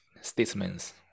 statements